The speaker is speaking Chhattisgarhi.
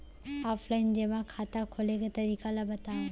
ऑफलाइन जेमा खाता खोले के तरीका ल बतावव?